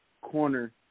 corner